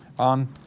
on